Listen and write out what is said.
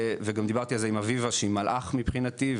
וגם דיברתי על זה עם אביבה שהיא מלאך מבחינתי,